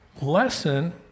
lesson